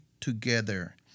together